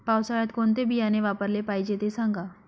पावसाळ्यात कोणते बियाणे वापरले पाहिजे ते सांगा